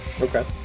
Okay